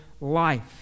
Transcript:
life